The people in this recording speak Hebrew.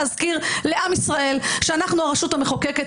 להזכיר לעם ישראל שאנחנו הרשות המחוקקת,